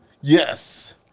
Yes